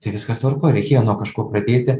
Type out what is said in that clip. tai viskas tvarkoj reikėjo nuo kažko pradėti